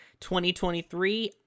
2023